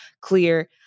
clear